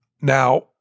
Now